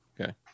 Okay